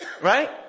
Right